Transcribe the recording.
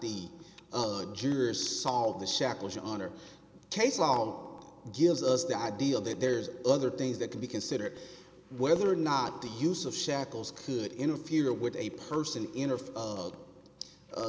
jurors solve the shackles on her case long gives us the idea that there's other things that can be considered whether or not the use of shackles could interfere with a person in or